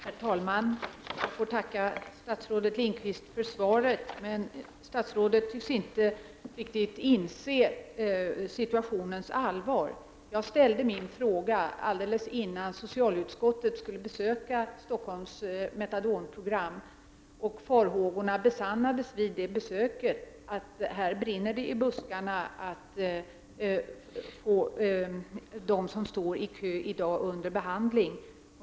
Herr talman! Jag får tacka statsrådet Lindqvist för svaret. Men statsrådet tycks inte riktigt inse situationens allvar. Jag ställde min fråga alldeles innan socialutskottet skulle besöka Stockholms metadonprogram, och farhågorna besannades vid det besöket. Här brinner det i buskarna för att få dem som står i kö under behandling.